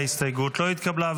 ההסתייגות לא התקבלה.